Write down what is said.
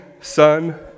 son